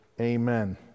Amen